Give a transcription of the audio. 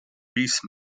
beast